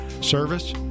Service